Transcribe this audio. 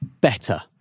better